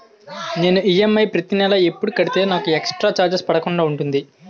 నేను ఈ.ఎం.ఐ ప్రతి నెల ఎపుడు కడితే నాకు ఎక్స్ స్త్ర చార్జెస్ పడకుండా ఉంటుంది?